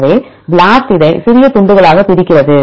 எனவே BLAST இதை சிறிய துண்டுகளாக பிரிக்கிறது